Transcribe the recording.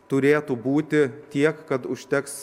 turėtų būti tiek kad užteks